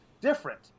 different